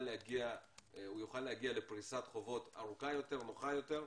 להגיע לפריסת חובות ארוכה יותר ונוחה יותר,